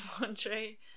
laundry